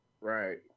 Right